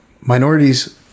minorities